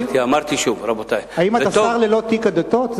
אמרתי, האם אתה שר ללא תיק הדתות?